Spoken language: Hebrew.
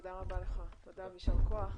תודה רבה ויישר כח.